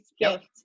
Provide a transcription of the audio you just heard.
gift